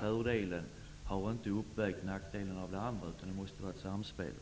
fördelen har då inte uppvägt den andra nackdelen. Det måste vara ett samspel.